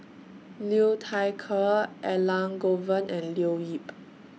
Liu Thai Ker Elangovan and Leo Yip